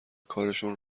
کارشون